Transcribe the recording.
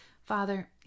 Father